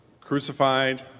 crucified